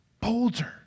boulder